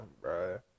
bro